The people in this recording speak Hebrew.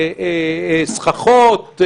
סככות,